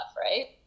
right